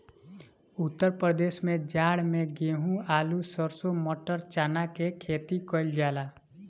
उत्तर प्रदेश में जाड़ा में गेंहू, आलू, सरसों, मटर, चना के खेती कईल जाला